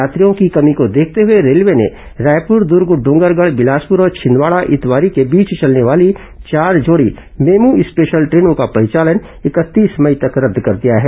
यात्रियों की कमी को देखते हुए रेलवे ने रायपुर दुर्ग डोंगरगढ़ बिलासपुर और छिंदवाड़ा इतवारी के बीच चलने वाली चार जोड़ी मेमू स्पेशल ट्रेनों का परिचालन इकतीस मई तक रद्द कर दिया है